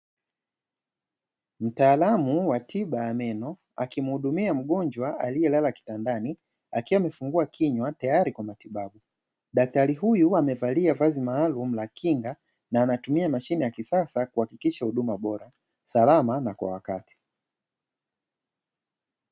Mtaalamu wa tiba ya meno akimuhudumia mgonjwa aliyelala kitandani akiwa amefungua kinywa tayari kwa matibabu, daktari huyu amevalia vazi maalumu la kinga na anatumia mashine ya kisasa kuhakikisha huduma bora, salama na kwa wakati.